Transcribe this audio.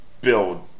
build